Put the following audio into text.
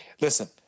listen